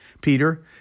Peter